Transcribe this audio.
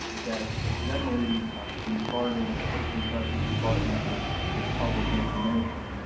that ah generally in florida when a person presses the button, it's it's public information.